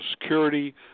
Security